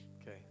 Okay